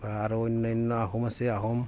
বা আৰু অন্যান্য আহোম আছে আহোম